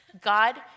God